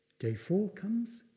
day four comes,